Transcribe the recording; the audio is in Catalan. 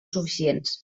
suficients